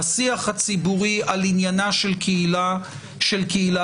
בשיח הציבורי על עניינה של קהילה אחרת.